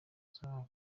sibo